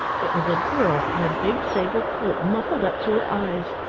it was a girl in a big sable coat, muffled up to her eyes.